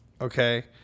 okay